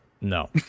No